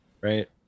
right